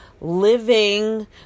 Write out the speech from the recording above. living